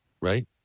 right